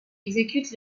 exécute